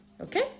okay